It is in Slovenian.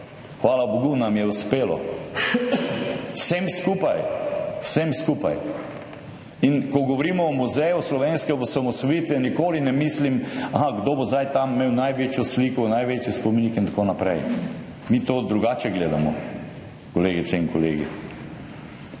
Hvala bogu nam je uspelo, vsem skupaj. Vsem skupaj. In ko govorimo o Muzeju slovenske osamosvojitve, nikoli ne mislim, aha, kdo bo zdaj tam imel največjo sliko, največji spomenik in tako naprej. Mi na to drugače gledamo, kolegice in kolegi.